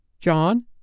john